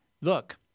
look